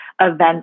events